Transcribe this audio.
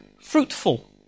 fruitful